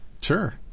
Sure